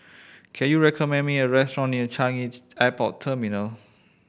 can you recommend me a restaurant near Changi Airport Terminal